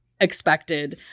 expected